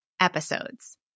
episodes